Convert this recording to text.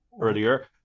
earlier